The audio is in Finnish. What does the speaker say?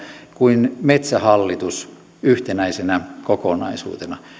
kuin metsähallitus yhtenäisenä kokonaisuutena